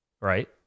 right